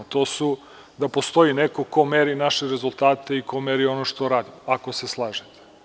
To su da postoji neko ko meri naše rezultate i ko meri ono što radimo, ako se slažete.